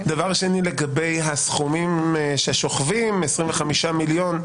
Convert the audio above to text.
דבר שני, לגבי הסכומים ששוכבים 25,000,000,